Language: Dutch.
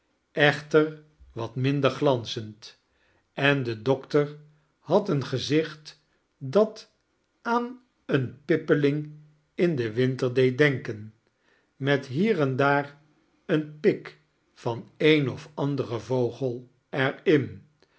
echter wat minder glanzend en de doctor had een gezicht dat aan een pippeling in den winter deed denken met hier en daar een pik van een of anderen vogel er